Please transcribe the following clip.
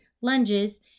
lunges